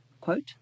Quote